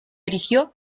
erigió